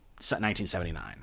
1979